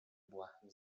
błahym